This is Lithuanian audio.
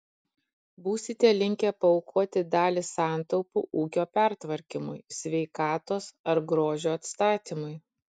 būsite linkę paaukoti dalį santaupų ūkio pertvarkymui sveikatos ar grožio atstatymui